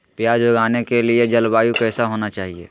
प्याज उगाने के लिए जलवायु कैसा होना चाहिए?